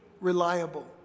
reliable